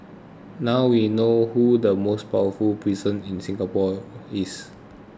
now we know who the most powerful person in Singapore is